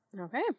Okay